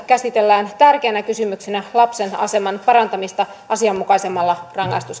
käsitellään tärkeänä kysymyksenä lapsen aseman parantamista asianmukaisemmilla rangaistuskäytännöillä